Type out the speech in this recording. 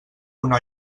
una